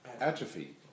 atrophy